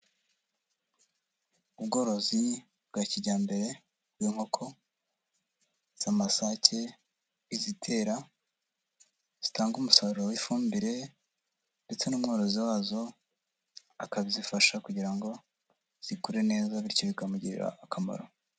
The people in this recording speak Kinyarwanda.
Ubworozi bwa kijyambere bw'inkoko, z'amasake, izitera, zitanga umusaruro w'ifumbire, ndetse n'umworozi wazo akazifasha kugira ngo, zikure neza bityo bikamugirira akamaro.